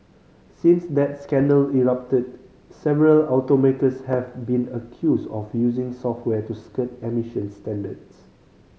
since that scandal erupted several automakers have been accused of using software to skirt emissions standards